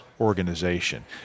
organization